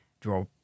draw